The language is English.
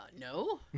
no